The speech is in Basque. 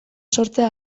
sortzea